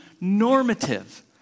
normative